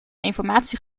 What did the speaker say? informatie